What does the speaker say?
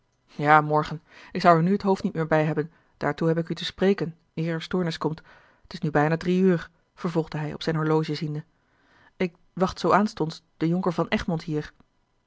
ja morgen ik zou er nu het hoofd niet meer bij hebben daartoe heb ik u te spreken eer er stoornis komt t is nu bijna drie uur vervolgde hij op zijn horloge ziende ik wacht zoo aanstonds den jonker van egmond hier